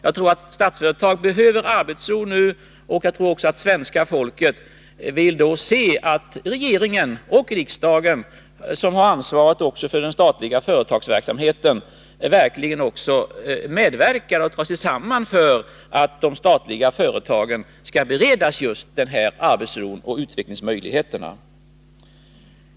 Jag tror att Statsföretag nu behöver arbetsro, och jag tror också svenska folket vill se att regeringen och riksdagen, som har ansvaret för den statliga företagsverksamheten, tar sig samman och medverkar till att de statliga företagen bereds arbetsro och utvecklingsmöjligheter.